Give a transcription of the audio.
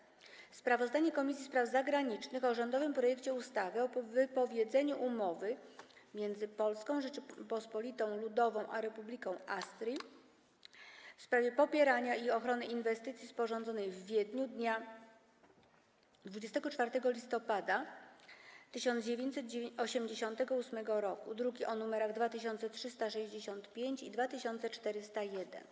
33. Sprawozdanie Komisji Spraw Zagranicznych o rządowym projekcie ustawy o wypowiedzeniu Umowy między Polską Rzecząpospolitą Ludową a Republiką Austrii w sprawie popierania i ochrony inwestycji, sporządzonej w Wiedniu dnia 24 listopada 1988 r. (druki nr 2365 i 2401)